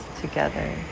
together